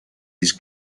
his